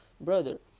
Brother